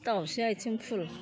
दाउस्रि आथिं फुल